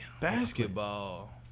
basketball